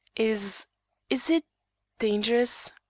is is it dangerous?